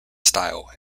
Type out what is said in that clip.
style